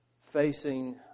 facing